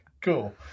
cool